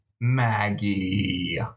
Maggie